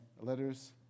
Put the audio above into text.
letters